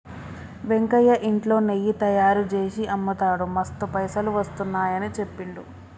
వెంకయ్య ఇంట్లో నెయ్యి తయారుచేసి అమ్ముతాడు మస్తు పైసలు వస్తున్నాయని చెప్పిండు